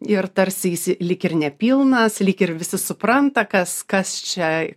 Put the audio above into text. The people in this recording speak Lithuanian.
ir tarsi jis lyg ir nepilnas lyg ir visi supranta kas kas čia